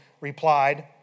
replied